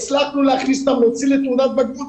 הצלחנו להכניס אותם אפילו לתעודת בגרות.